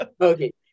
Okay